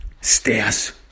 stairs